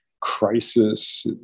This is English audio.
crisis